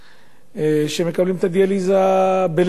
שמקבלים את הדיאליזה בלית ברירה,